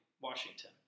Washington